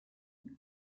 vale